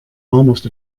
almost